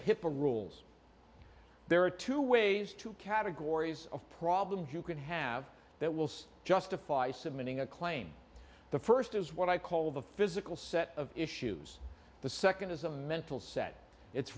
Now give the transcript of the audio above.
hipaa rules there are two ways two categories of problems you can have that will say justify submitting a claim the first is what i call the physical set of issues the second is a mental set it's